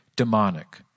demonic